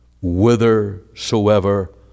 whithersoever